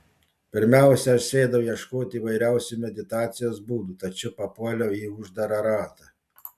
pirmiausia aš sėdau ieškoti įvairiausių meditacijos būdų tačiau papuoliau į uždarą ratą